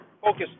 focus